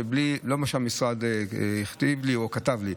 לא אמרתי משהו שהמשרד הכתיב לי או כתב לי.